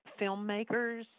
filmmakers